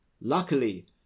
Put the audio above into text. luckily